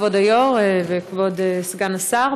כבוד היושב-ראש וכבוד סגן השר,